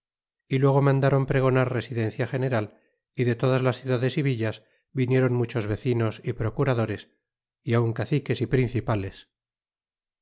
y luego mandron pregonar residencia general y de todas las ciudades y villas viniéron muchos vecinos y procuradores y aun caciques y principales